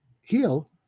Heal